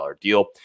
deal